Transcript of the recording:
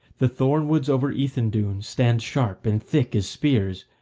the thorn-woods over ethandune stand sharp and thick as spears,